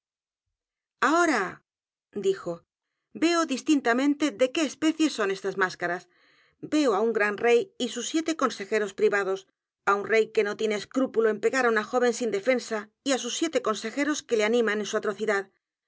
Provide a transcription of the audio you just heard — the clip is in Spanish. ahora dijo veo distintamente de qué especie son estas m á s c a r a s veo á un gran rey y sus siete consejeros privados á un rey que no tiene escrúpulo en pegar á una joven sin defensa y á sus siete consejeros que le animan en su atrocidad